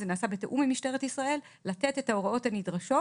זה נעשה בתיאום עם משטרת ישראל לתת את ההוראות הנדרשות,